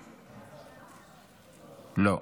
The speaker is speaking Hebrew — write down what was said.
לא.